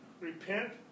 Repent